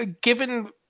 given